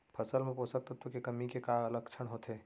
फसल मा पोसक तत्व के कमी के का लक्षण होथे?